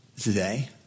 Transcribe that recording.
today